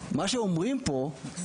מה שאומרים פה זה